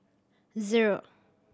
zero